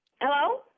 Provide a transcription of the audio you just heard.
Hello